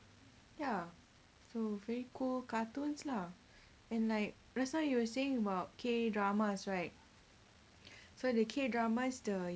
ya so very cool cartoons lah and like just now you were saying about K dramas right so the K dramas the